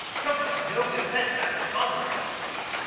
trump has no defense after sondland testimony.